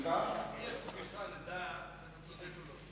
אם תהיה צמיחה נדע אם אתה צודק או לא.